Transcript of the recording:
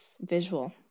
visual